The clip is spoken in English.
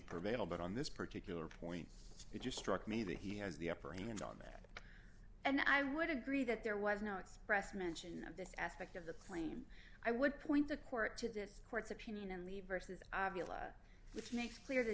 prevail but on this particular point it just struck me that he has the upper hand on that and i would agree that there was no express mention of this aspect of the claim i would point the court to this court's opinion in the verses which makes clear t